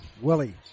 Willie